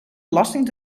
belasting